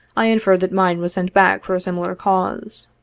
i inferred that mine was sent back for a similar cause.